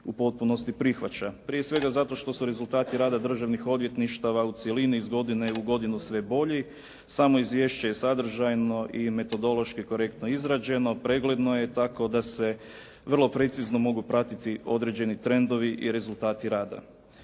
u potpunosti prihvaća. Prije svega zato što su rezultati rada državnih odvjetništava u cjelini iz godine u godinu sve bolji. Samo izvješće je sadržajno i metodološki korektno izrađeno, pregledno je tako da se vrlo precizno mogu pratiti određeni trendovi i rezultati rada.